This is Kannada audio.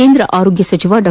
ಕೇಂದ್ರ ಆರೋಗ್ಯ ಸಚಿವ ಡಾ